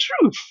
truth